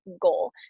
goal